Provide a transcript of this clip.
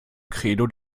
credo